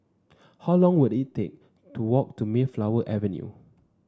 how long will it take to walk to Mayflower Avenue